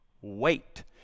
wait